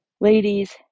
Ladies